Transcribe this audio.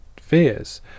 fears